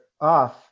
off